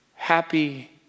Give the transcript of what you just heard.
happy